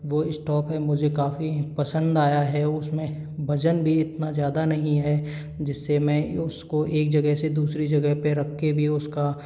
वो स्टॉव मुझे काफी पसंद आया है उसमें वजन भी इतना ज़्यादा नहीं है जिससे मैं उसको एक जगह से दूसरी जगह पे भी रख के उसका